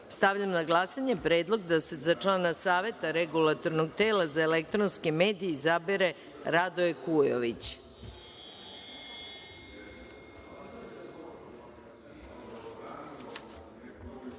Nikolić. Stavljam na glasanje predlog da se za člana Saveta regulatornog tela za elektronske medije izabere Radoje